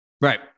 Right